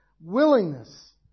willingness